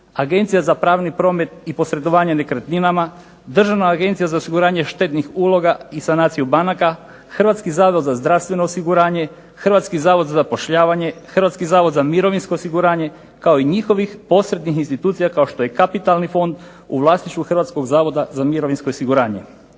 Agencija za pravni promet i posredovanje nekretninama, Državna agencija za osiguranje štetnih uloga i sanaciju banaka, Hrvatski zavod za zdravstveno osiguranje, Hrvatski zavod za zapošljavanje, Hrvatski zavod za mirovinsko osiguranje, kao i njihovih posrednih institucija kao što je Kapitalni fond u vlasništvu Hrvatskog zavoda za mirovinsko osiguranje.